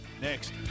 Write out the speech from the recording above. Next